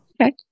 Okay